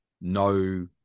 No